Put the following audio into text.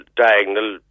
diagonal